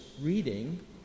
reading